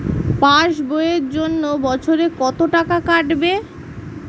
Pass বইয়ের জন্য বছরে কত টাকা কাটবে?